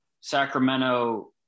Sacramento